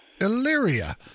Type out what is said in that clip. Illyria